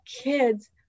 kids